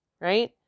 right